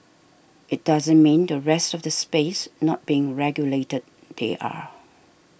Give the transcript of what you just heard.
it doesn't mean the rest of the space not being regulated they are